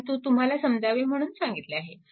परंतु तुम्हाला समजावे म्हणून मी लिहिले आहे